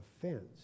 offense